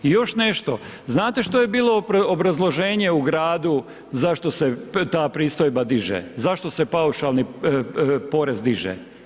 I još nešto, znate što je bilo obrazloženje u Gradu zašto se ta pristojba diže, zašto se paušalni porez diže?